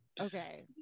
okay